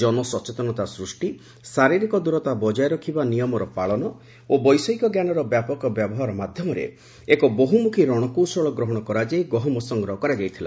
ଜନସଚେତନତା ସୂଷ୍ଟି ଶାରୀରିକ ଦୂରତ ବଜାୟ ରଖିବା ନିୟମର ପାଳନ ଓ ବୈଷୟିକ ଜ୍ଞାନର ବ୍ୟାପକ ବ୍ୟବହାର ମାଧ୍ୟମରେ ଏକ ବହୁମୁଖୀ ରଣକୌଶଳ ଗ୍ରହଣ କରାଯାଇ ଗହମ ସଂଗ୍ରହ କରାଯାଇଥିଲା